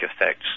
effects